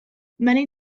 many